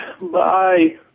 Bye